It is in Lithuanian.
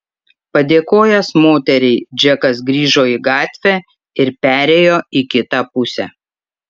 padėkojęs moteriai džekas grįžo į gatvę ir perėjo į kitą pusę